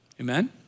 Amen